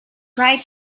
right